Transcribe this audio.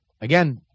again